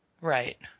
Right